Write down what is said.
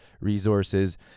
resources